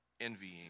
envying